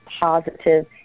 positive